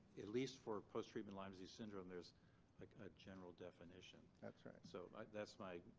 at least for post-treatment lyme disease syndrome there's like a general definition. that's right. so that's my.